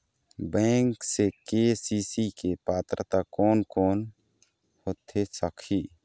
Bank से KCC के पात्रता कोन कौन होथे सकही?